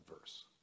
verse